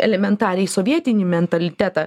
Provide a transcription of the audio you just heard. elementariai sovietinį mentalitetą